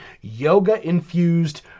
yoga-infused